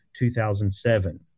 2007